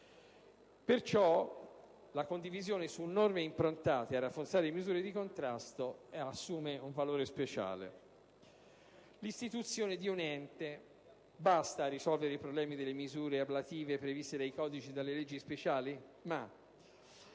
La condivisione su norme improntate a rafforzare misure di contrasto assume pertanto un valore speciale. L'istituzione di un ente basta a risolvere i problemi delle misure ablative previste dai codici e dalle leggi speciali?